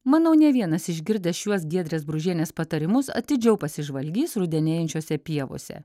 manau ne vienas išgirdęs šiuos giedrės bružienės patarimus atidžiau pasižvalgys rudenėjančiose pievose